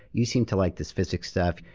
you seem to like this physics stuff,